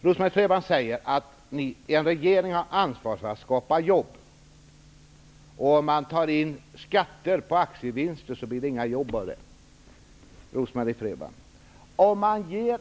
Rose-Marie Frebran säger att en regering har ansvar för att skapa jobb, och att man inte skapar några jobb genom att ta in skatter på aktievinster.